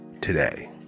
today